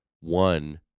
one